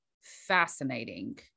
fascinating